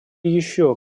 еще